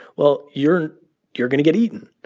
well, you're you're going to get eaten.